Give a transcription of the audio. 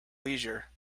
leisure